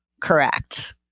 correct